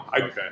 Okay